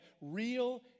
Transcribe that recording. real